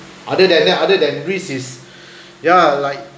other than that other than risk is ya like